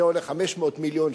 זה עולה 500 מיליון,